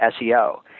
SEO